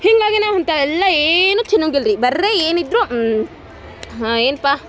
ಹೀಗಾಗಿ ನಾವು ಅಂಥವೆಲ್ಲ ಏನೂ ತಿನ್ನೊಂಗಿಲ್ಲ ರೀ ಬರೇ ಏನಿದ್ರೂ ಹಾಂ ಏನಪ್ಪ